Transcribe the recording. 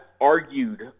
argued